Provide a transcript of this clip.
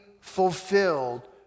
fulfilled